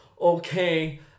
Okay